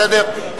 בסדר?